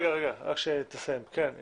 אם